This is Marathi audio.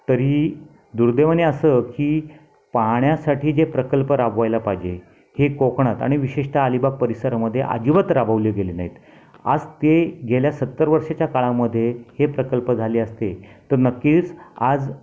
तरीही दुर्दैवाने असं की पाण्यासाठी जे प्रकल्प राबवायला पाहिजे हे कोकणात आणि विशेषतः अलीबाग परिसरामधे अजिबात राबवले गेले नाहीत आज ते गेल्या सत्तर वर्षाच्या काळामध्ये हे प्रकल्प झाले असते तर नक्कीच आज